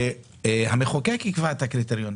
והמחוקק יקבע את הקריטריונים.